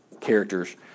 characters